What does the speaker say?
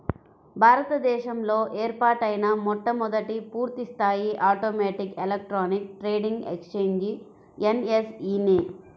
భారత దేశంలో ఏర్పాటైన మొట్టమొదటి పూర్తిస్థాయి automatic electronic trading exchange NSE నే